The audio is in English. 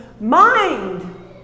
mind